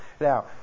now